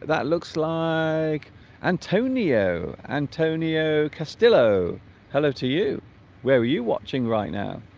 that looks like antonio antonio castilho hello to you where are you watching right now